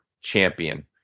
champion